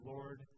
Lord